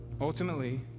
Ultimately